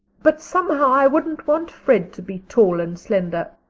but somehow i wouldn't want fred to be tall and slender.